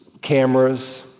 cameras